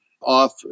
off